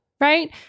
Right